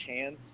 chance